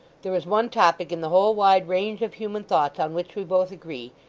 there is one topic in the whole wide range of human thoughts on which we both agree.